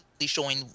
showing